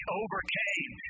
overcame